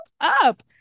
up